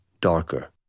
darker